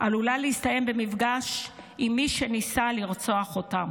עלולה להסתיים במפגש עם מי שניסה לרצוח אותם?